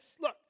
Look